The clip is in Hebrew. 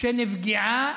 שנפגעה